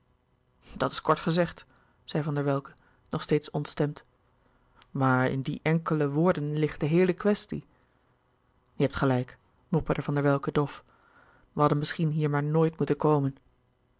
dat is kort gezegd zei van der welcke nog steeds ontstemd maar in die enkele woorden ligt de heele kwestie je hebt gelijk mopperde van der welcke dof we hadden misschien hier maar nooit moeten komen